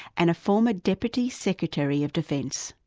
and a former deputy secretary of defence.